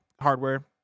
hardware